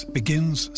begins